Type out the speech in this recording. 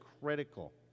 critical